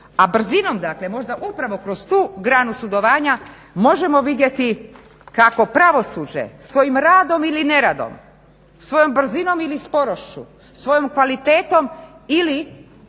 A brzinom dakle možda upravo kroz tu granu sudovanja možemo vidjeti kako pravosuđe svojim radom ili neradom svojom brzinom ili sporošću, svojom kvalitetom ili